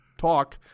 Talk